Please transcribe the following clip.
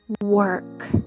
work